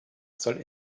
soll